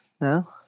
No